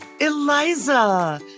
Eliza